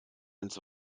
ins